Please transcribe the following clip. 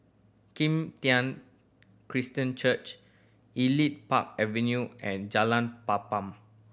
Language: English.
Kim Tian Christian Church Elite Park Avenue and Jalan Papan